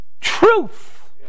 truth